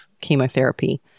chemotherapy